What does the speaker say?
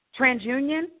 TransUnion